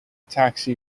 taxi